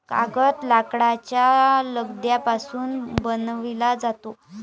कागद लाकडाच्या लगद्यापासून बनविला जातो